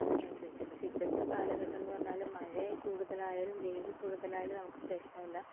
അതിന് അനുസരിച്ച് പഷേ ഇപ്പോഴത്തെ കാലഘട്ടം എന്നു പറഞ്ഞാൽ മഴ കൂടുതലായാലും വെയിൽ കൂടുതലായാലും നമുക്ക് പ്രശ്നമില്ല